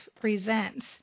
Presents